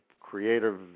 creative